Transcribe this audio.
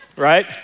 right